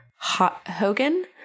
hogan